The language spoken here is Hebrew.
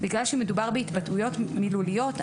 בגלל שמדובר בהתבטאויות מילוליות,